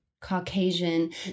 Caucasian